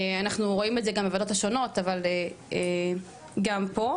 אנחנו רואים את זה גם בוועדות השונות אבל גם פה,